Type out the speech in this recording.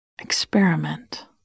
experiment